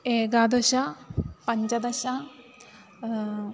एकादश पञ्चदश